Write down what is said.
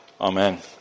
Amen